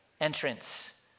entrance